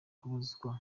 kubuzwa